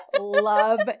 love